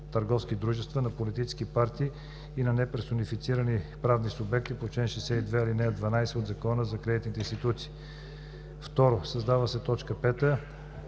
на търговски дружества, на политически партии и на неперсонифицирани правни субекти по чл. 62, ал. 12 от Закона за кредитните институции. 2. Създава се т. 5: „5.